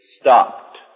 stopped